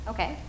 Okay